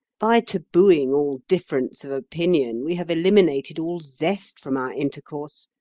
by tabooing all difference of opinion we have eliminated all zest from our intercourse.